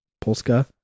Polska